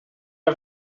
est